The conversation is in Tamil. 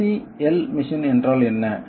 4C L மெஷின் என்றால் என்ன